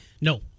No